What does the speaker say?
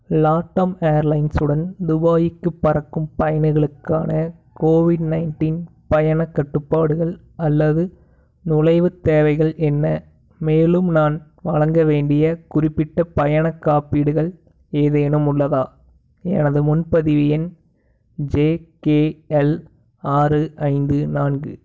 LATAM Airlines உடன் துபாய்க்கு பறக்கும் பயணிகளுக்கான கோவிட் நையன்ட்டீன் பயணக் கட்டுப்பாடுகள் அல்லது நுழைவுத் தேவைகள் என்ன மேலும் நான் வழங்க வேண்டிய குறிப்பிட்ட பயணக் காப்பீடுகள் ஏதேனும் உள்ளதா எனது முன்பதிவு எண் ஜேகேஎல் ஆறு ஐந்து நான்கு